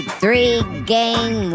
three-game